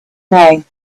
name